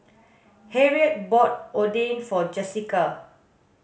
Harriet bought Oden for Jessica